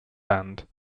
band